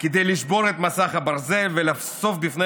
כדי לשבור את מסך הברזל ולחשוף בפני